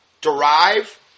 derive